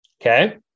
Okay